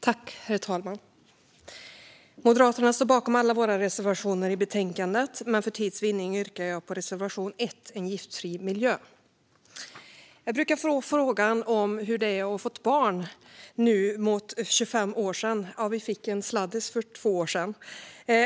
Herr talman! Vi moderater står bakom alla våra reservationer i betänkandet, men för tids vinnande yrkar jag bifall bara till reservation 1, En giftfri miljö. Jag brukar få frågan om hur det är att ha fått barn nu mot för 25 år sedan - ja, vi fick en sladdis för två år sedan.